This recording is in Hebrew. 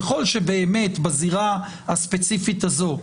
ככל שבאמת בזירה הספציפית הזו,